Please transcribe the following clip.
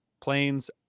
Planes